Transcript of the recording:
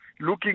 looking